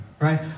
right